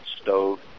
stove